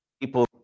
people